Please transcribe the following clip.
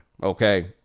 okay